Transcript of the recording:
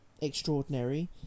extraordinary